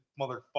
motherfucker